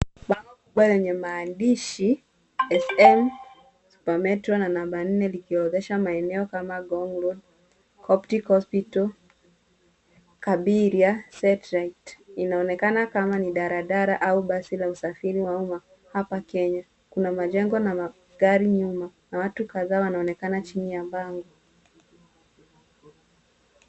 Bango kubwa lenye maandishi SM Super Metro na namba nne liliorodhesha maeneo kama Ngong Road, Optic Hospital, Kabiria Satellite inaonekana kama ni daladala au basi la usafiri wa umma hapa Kenya. Kuna majengo na magari nyuma na watu kadhaa wanaonekana chini ya bango.